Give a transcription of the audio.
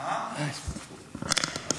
עד